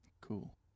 Cool